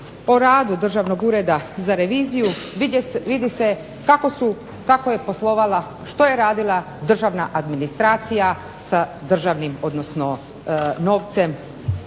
o radu Državnog ureda za reviziju vidi se kako je poslovala, što je radila državna administracija sa državnim, odnosno novcem